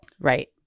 Right